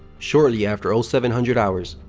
shortly after seven hundred hours,